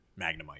Magnemite